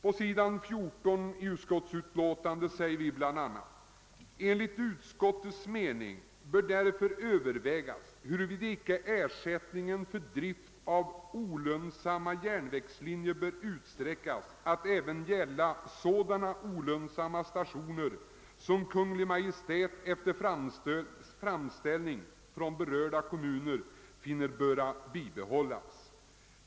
På sidan 14 i utlåtandet yttrar utskottet bl.a.: »Enligt utskottets mening bör därför övervägas huruvida inte ersättningen för drift av olönsamma järnvägslinjer bör utsträckas att gälla även sådana olönsamma stationer som Kungl. Maj:t efter framställning från berörda kommuner finner böra bibehållas.